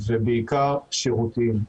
ובעיקר שירותיים.